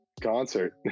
concert